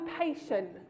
patient